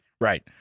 Right